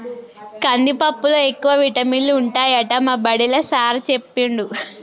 కందిపప్పులో ఎక్కువ విటమినులు ఉంటాయట మా బడిలా సారూ చెప్పిండు